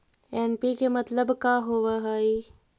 NPK मतलब का होव हइ?